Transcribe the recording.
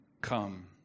come